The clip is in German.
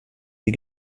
sie